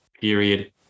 period